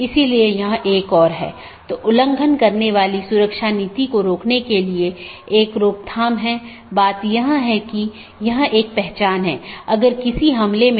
इसलिए हलका करने कि नीति को BGP प्रोटोकॉल में परिभाषित नहीं किया जाता है बल्कि उनका उपयोग BGP डिवाइस को कॉन्फ़िगर करने के लिए किया जाता है